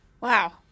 Wow